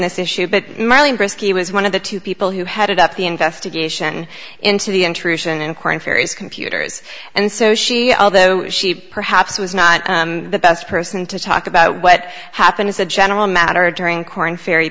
this issue but miley brisky was one of the two people who headed up the investigation into the intrusion and corn fairies computers and so she although she perhaps was not the best person to talk about what happened as a general matter during korn ferry